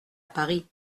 paris